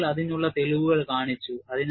ആളുകൾ അതിനുള്ള തെളിവുകൾ കാണിച്ചു